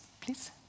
please